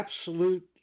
absolute